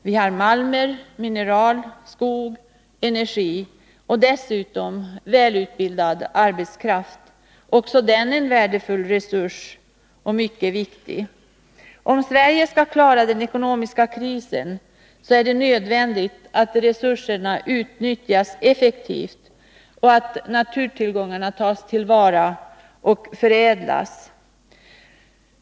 Vi har malmer, mineraler, skog, energi och dessutom välutbildad arbetskraft — också den en värdefull och mycket viktig resurs. Om Sverige skall klara den ekonomiska krisen är det nödvändigt att resurserna utnyttjas effektivt och att naturtillgångarna tas till vara och förädlas.